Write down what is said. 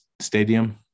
Stadium